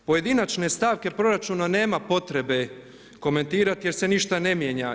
Pojedinačne stavke proračuna nema potrebe komentirati jer se ništa ne mijenja.